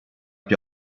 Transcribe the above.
più